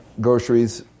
Groceries